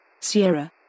Sierra